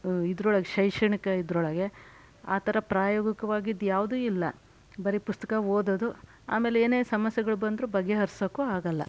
ಇದರೊಳಗೆ ಶೈಕ್ಷಣಿಕ ಇದರೊಳಗೆ ಆ ಥರ ಪ್ರಾಯೋಗಿಕವಾಗಿದ್ದು ಯಾವುದೂ ಇಲ್ಲ ಬರೀ ಪುಸ್ತಕ ಓದೋದು ಆಮೇಲೇನೇ ಸಮಸ್ಯೆಗಳು ಬಂದರೂ ಬಗೆಹರ್ಸೋಕ್ಕೂ ಆಗಲ್ಲ